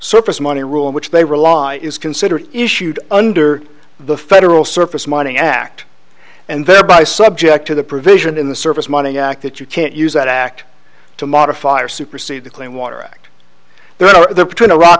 surface money rule in which they rely is considered issued under the federal surface mining act and thereby subject to the provision in the service money act that you can't use that act to modify or supersede the clean water act there are between a rock